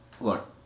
look